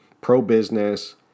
Pro-business